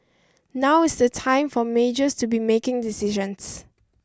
now is the time for majors to be making decisions